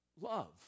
love